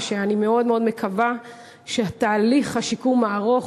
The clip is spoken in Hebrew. ואני מאוד מאוד מקווה שתהליך השיקום הארוך,